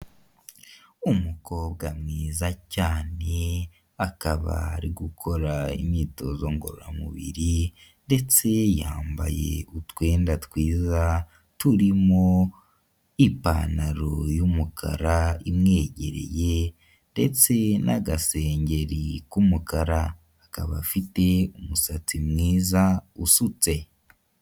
Umukobwa mwiza cyane akaba ari gukora imyitozo ngororamubiri ndetse yambaye utwenda twiza turimo ipantaro y'umukara imwegereye ndetse n'agasengeri k'umukara akaba afite umusatsi mwiza usutse.